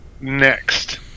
Next